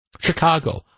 Chicago